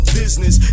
business